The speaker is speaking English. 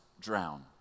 drown